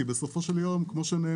יש פער גדול בפריפריה כשמדובר,